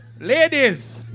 Ladies